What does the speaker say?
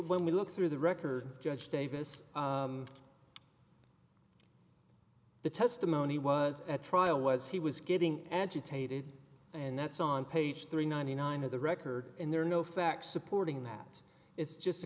when we looked through the records judge davis the testimony was at trial was he was getting agitated and that's on page three ninety nine of the record and there are no facts supporting that it's just a